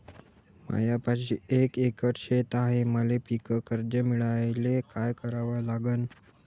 मायापाशी एक एकर शेत हाये, मले पीककर्ज मिळायले काय करावं लागन?